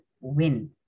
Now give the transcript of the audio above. win